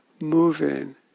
moving